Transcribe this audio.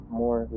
more